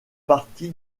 parti